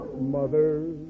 Mother